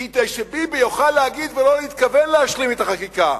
כדי שביבי יוכל להגיד ולא להתכוון להשלים את החקיקה,